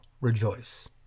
rejoice